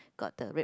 got the red